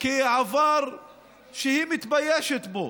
כאל עבר שהיא מתביישת בו,